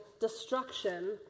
destruction